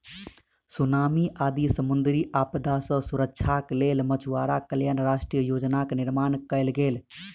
tsunami आदि समुद्री आपदा सॅ सुरक्षाक लेल मछुआरा कल्याण राष्ट्रीय योजनाक निर्माण कयल गेल